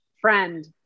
friend